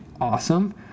awesome